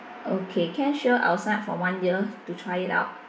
okay can sure I will sign up for one year to try it out